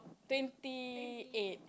twenty eight